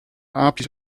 aapjes